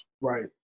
Right